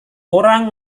orang